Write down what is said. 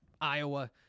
Iowa